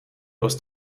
aus